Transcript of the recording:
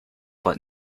but